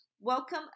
Welcome